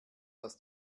dass